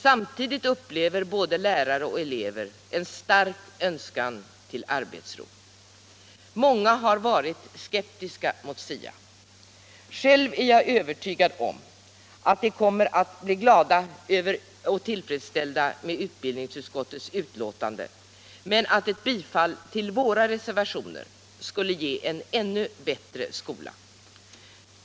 Samtidigt upplever både lärare och elever en stark önskan om arbetsro. Många har varit skeptiska mot SIA. Jag är övertygad om att de kommer att bli glada och tillfredsställda med utskottets betänkande, men ett bifall till våra reservationer skulle ge en ännu bättre skola.